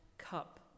cup